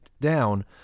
down